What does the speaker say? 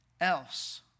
else